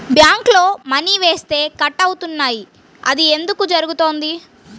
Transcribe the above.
బ్యాంక్లో మని వేస్తే కట్ అవుతున్నాయి అది ఎందుకు జరుగుతోంది?